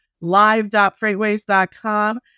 Live.freightwaves.com